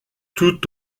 tout